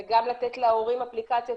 וגם לתת להורים אפליקציות,